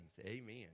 Amen